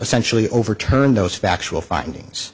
essentially overturned those factual findings